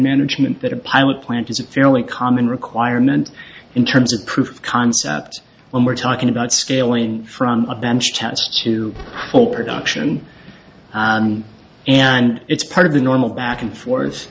management that a pilot plant is a fairly common requirement in terms of proof of concept when we're talking about scaling from a bench test to full production and it's part of the normal back and forth